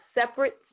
separate